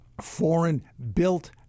foreign-built